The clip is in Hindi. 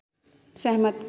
सहमत